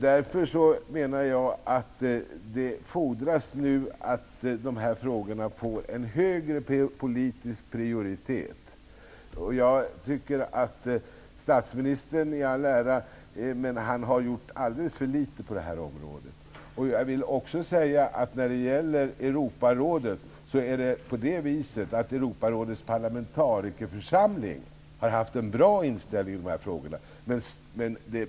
Därför menar jag att det nu fordras att dessa frågor får en högre politisk prioritet. Statsministern i all ära, men han har gjort alldeles för litet på det här området. Europarådets parlamentarikerförsamling har haft en bra inställning i dessa frågor.